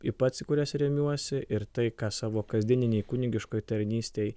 į pats kurias remiuosi ir tai ką savo kasdieninėj kunigiškoj tarnystėj